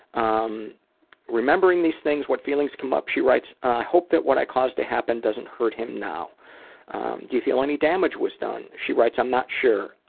um remembering these things, what feelings come up? she writes, i hope that what i caused to happen doesn't hurt him now. do you feel any damage was done? she writes, i'm not sure.